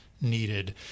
needed